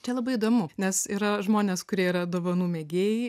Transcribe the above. čia labai įdomu nes yra žmonės kurie yra dovanų mėgėjai